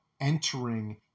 entering